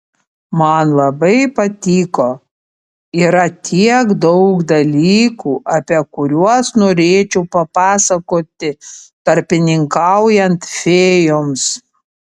man labai patiko yra tiek daug dalykų apie kuriuos norėčiau papasakoti tarpininkaujant fėjoms